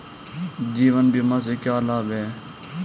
जीवन बीमा से क्या लाभ हैं?